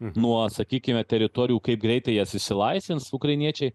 nuo sakykime teritorijų kaip greitai jas išsilaisvins ukrainiečiai